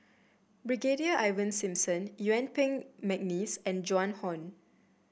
Brigadier Ivan Simson Yuen Peng McNeice and Joan Hon